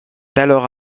alors